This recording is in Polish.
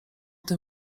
tym